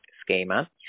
schema